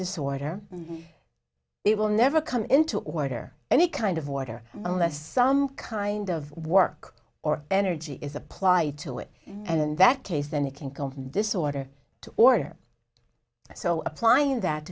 disorder it will never come into order any kind of water unless some kind of work or energy is applied to it and that case then it can come disorder to order so applying that